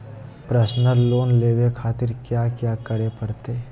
Personal loan लेवे खातिर कया क्या करे पड़तइ?